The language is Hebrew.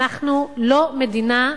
אנחנו לא מדינה,